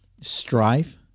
strife